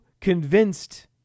convinced